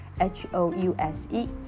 H-O-U-S-E